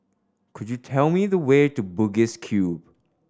could you tell me the way to Bugis Cube